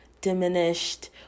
diminished